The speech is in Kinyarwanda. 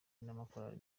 n’amakorali